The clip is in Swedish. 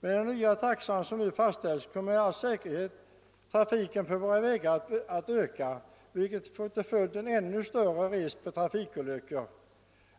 Med den nya taxa som nu fastställts kommer trafiken på våra vägar med all säkerhet att öka, vilket får till följd en ännu större risk för trafikolyckor.